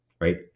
right